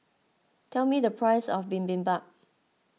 tell me the price of Bibimbap